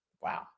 Wow